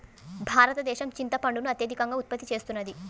భారతదేశం చింతపండును అత్యధికంగా ఉత్పత్తి చేస్తున్నది